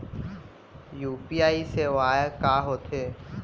UPI सेवाएं का होथे